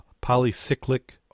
polycyclic